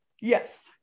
Yes